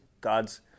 God's